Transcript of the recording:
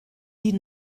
die